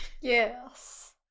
Yes